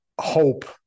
hope